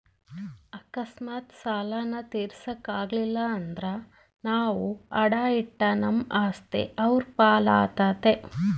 ಅಕಸ್ಮಾತ್ ಸಾಲಾನ ತೀರ್ಸಾಕ ಆಗಲಿಲ್ದ್ರ ನಾವು ಅಡಾ ಇಟ್ಟ ನಮ್ ಆಸ್ತಿ ಅವ್ರ್ ಪಾಲಾತತೆ